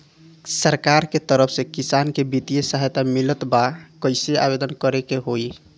सरकार के तरफ से किसान के बितिय सहायता मिलत बा कइसे आवेदन करे के होई?